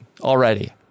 already